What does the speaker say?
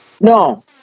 No